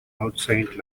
outside